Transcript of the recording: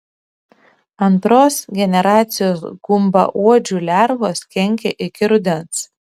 antros generacijos gumbauodžių lervos kenkia iki rudens